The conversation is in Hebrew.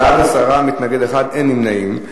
בעד, 10, מתנגד אחד ואין נמנעים.